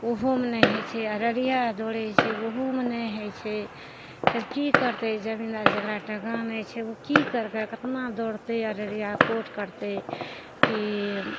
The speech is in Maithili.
ओहोमे नहि होइ छै अररिया दौड़य छै ओहोमे नहि होइ छै तब की करतइ जमीन लऽ जकरा टाका नहि छै उ की करतइ कतना दौड़तइ अररिया कोर्ट करतइ की